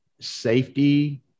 safety